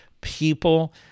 people